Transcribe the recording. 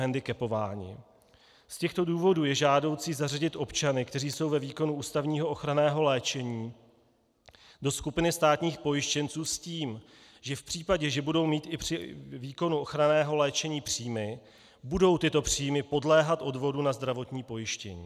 Z těchto důvodů je žádoucí zařadit občany, kteří jsou ve výkonu ústavního ochranného léčení, do skupiny státních pojištěnců s tím, že v případě, že budou mít i při výkonu ochranného léčení příjmy, budou tyto příjmy podléhat odvodu na zdravotní pojištění.